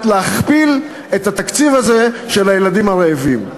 להכפיל את התקציב הזה לילדים הרעבים.